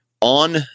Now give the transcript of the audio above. on